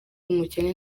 umukene